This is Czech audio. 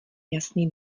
jasný